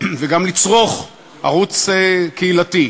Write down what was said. וגם לצרוך ערוץ קהילתי.